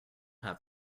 have